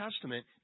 Testament